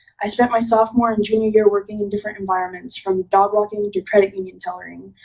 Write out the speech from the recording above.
i spent my sophomore and junior year working in different environments, from dog walking to credit union tellering.